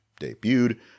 debuted